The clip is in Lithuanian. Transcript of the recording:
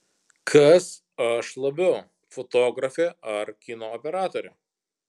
kas aš labiau fotografė ar kino operatorė